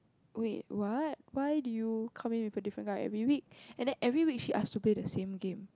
wait what why do you come in with a different guy every week and every week she ask to play the same game